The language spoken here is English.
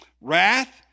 wrath